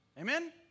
Amen